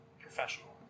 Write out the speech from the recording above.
professional